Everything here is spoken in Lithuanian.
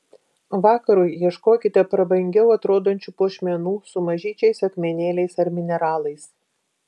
vakarui ieškokite prabangiau atrodančių puošmenų su mažyčiais akmenėliais ar mineralais